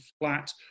flat